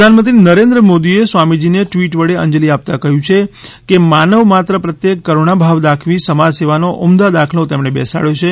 પ્રધાનમંત્રી નરેન્દ્ર મોદી એ સ્વામીજીને ટ્વીટ વડે અંજલિ આપતા કહ્યું છે કે માનવ માત્ર પ્રત્યે કરુણા ભાવ દાખવી સમાજસેવાનો ઉમદા દાખલો તેમણે બેસાડયો છે